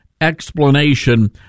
explanation